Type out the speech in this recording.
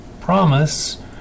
promise